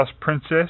Princess